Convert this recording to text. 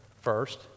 first